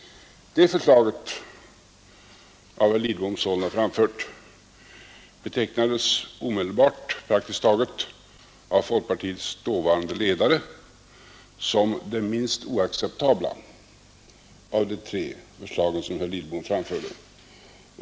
Det förslaget, av herr Lidbom sålunda framfört, betecknades, omedelbart praktiskt taget, av folkpartiets dåvarande ledare som det minst oacceptabla av de tre förslagen som herr Lidbom framförde.